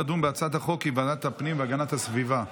התשפ"ג 2023, לוועדת הפנים והגנת הסביבה נתקבלה.